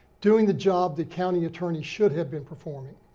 doing the job that county attorney should have been performing.